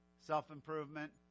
self-improvement